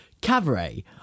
Cabaret